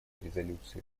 резолюции